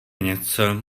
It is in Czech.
něco